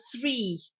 three